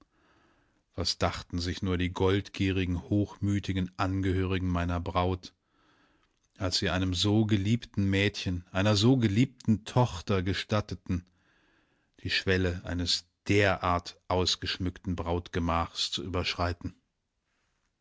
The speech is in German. was dachten sich nur die goldgierigen hochmütigen angehörigen meiner braut als sie einem so geliebten mädchen einer so geliebten tochter gestatteten die schwelle eines derart ausgeschmückten brautgemachs zu überschreiten